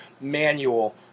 manual